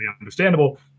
understandable